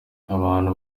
abantu